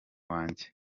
wanjye